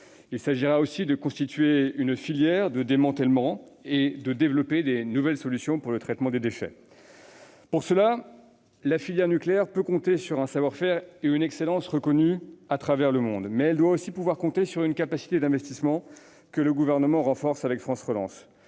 Il s'agira aussi de constituer une filière de démantèlement et de développer de nouvelles solutions pour le traitement des déchets. Pour cela, la filière nucléaire peut compter sur un savoir-faire et une excellence reconnus à travers le monde. Mais elle doit aussi pouvoir compter sur une capacité d'investissement que le Gouvernement renforce avec France Relance.